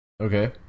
Okay